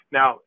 Now